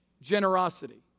generosity